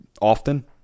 often